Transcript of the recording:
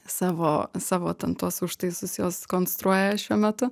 savo savo ten tuos užtaisus jos konstruoja šiuo metu